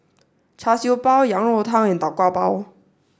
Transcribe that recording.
Char Siew Bao Yang Rou Tang and Tau Kwa Pau